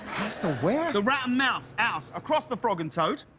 the ware. and rat and mouse, house, across the fog and so